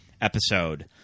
episode